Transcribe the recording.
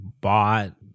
bought